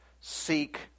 seek